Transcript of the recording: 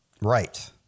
right